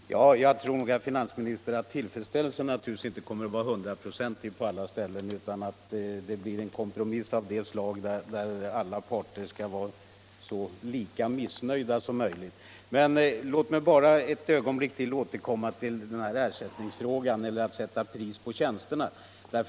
Fru talman! Jag tror nog också, herr finansminister, att tillfredsställelsen inte kommer att vara hundraprocentig på alla håll, utan att det blir en kompromiss av det slag där alla parter är lika missnöjda. Låt mig bara ett ögonblick återkomma till ersättningsfrågan, dvs. frågan om att sätta pris på tjänsterna.